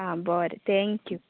आं बोरें थँक्यू